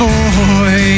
Boy